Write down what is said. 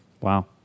Wow